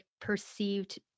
perceived